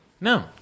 No